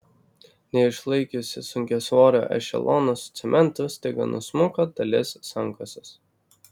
neišlaikiusi sunkiasvorio ešelono su cementu staiga nusmuko dalis sankasos